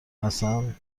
حسن